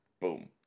boom